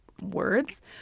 Words